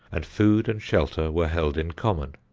and food and shelter were held in common.